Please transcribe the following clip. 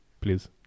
please